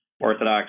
Orthodox